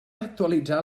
actualitzar